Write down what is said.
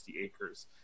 acres